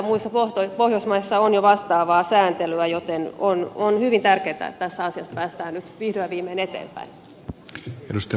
muissa pohjoismaissa on jo vastaavaa sääntelyä joten on hyvin tärkeätä että tässä asiassa päästään nyt vihdoin ja viimein eteenpäin